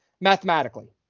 mathematically